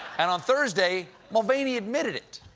and on thursday, mulvaney admitted it.